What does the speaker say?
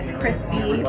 crispy